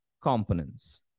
components